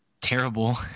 terrible